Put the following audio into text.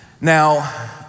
Now